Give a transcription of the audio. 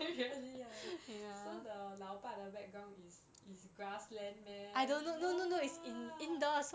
really ah so the 老爸 the background is is grassland meh no lah